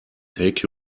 take